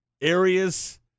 areas